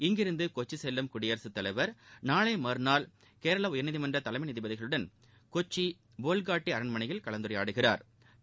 இங்கிருந்து கொச்சி கெல்லும் குடியரசுத்தலைவர் நாளை மறுநாள் கேரள உயர்நீதிமன்ற தலைமை நீதிபதிகளுடன் கொச்சி போல்காட்டி அரண்மனையில் கலந்துரையாடுகிறாா்